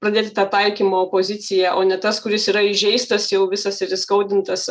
pradėti tą taikymo poziciją o ne tas kuris yra įžeistas jau visas ir įskaudintas